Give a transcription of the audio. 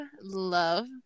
love